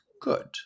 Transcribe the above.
good